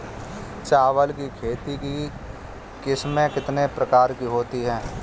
चावल की खेती की किस्में कितने प्रकार की होती हैं?